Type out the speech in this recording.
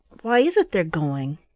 why is it they're going?